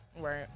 Right